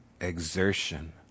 exertion